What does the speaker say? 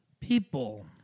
People